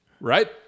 Right